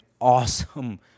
awesome